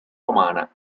romana